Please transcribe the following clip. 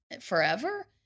forever